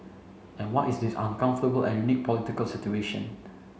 and what is this uncomfortable and unique political situation